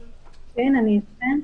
כן, אני אתכם.